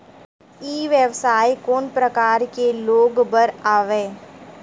ई व्यवसाय कोन प्रकार के लोग बर आवे?